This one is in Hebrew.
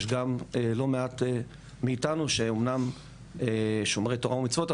יש גם לא מעט מאיתנו שאמנם שמרי תורה ומצוות,